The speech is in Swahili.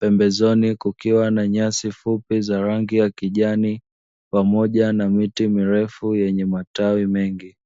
pembezoni kukiwa na nyasi fupi za rangi ya kijani pamoja na miti mirefu yenye matawi mengi.